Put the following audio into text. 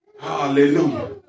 Hallelujah